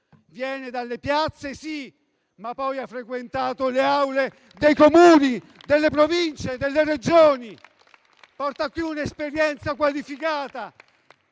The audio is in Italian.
viene dalle piazze, sì, ma poi ha frequentato le aule dei Comuni, delle Province e delle Regioni. Porta qui un'esperienza qualificata.